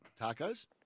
Tacos